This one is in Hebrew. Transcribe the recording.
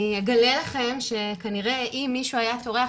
אני אגלה לכם שכנראה אם מישהו היה טורח